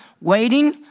waiting